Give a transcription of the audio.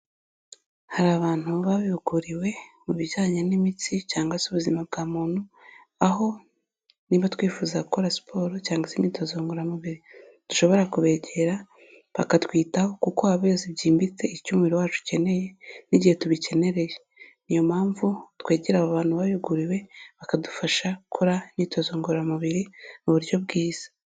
Hari abantu babihuguriwe mu bijyanye n'imitsi cyangwa se ubuzima bwa muntu, aho niba twifuza gukora siporo cyangwa se imyitozo ngororamubiri dushobora kubegera bakatwitaho kuko baba bazi byimbitse icyu umuhiro wacu ukeneye n'igihe tubikeneye, n'iyo mpamvu twegera aba abantu bayuguriwe bakadufasha gukora imyitozo ngororamubiri mu buryo bwiza.